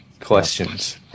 questions